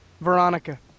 Veronica